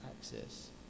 access